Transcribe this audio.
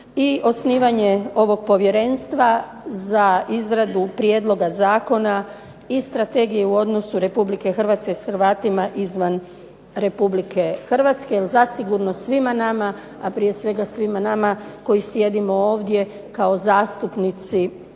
osnivanje ovog povjerenstva za izradu prijedloga zakona i strategije u odnosu Republike Hrvatske s Hrvatima izvan Republike Hrvatske. Jer zasigurno svima nama a prije svega svima nama koji sjedimo ovdje kao zastupnici svojih